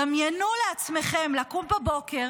דמיינו לעצמכם לקום בבוקר,